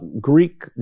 Greek